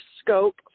scope